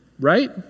right